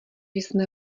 jsme